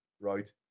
right